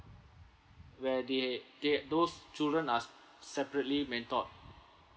where they they those children are s~ separately mentored